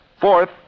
Fourth